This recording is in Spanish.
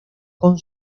con